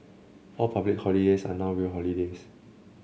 all public holidays are now real holidays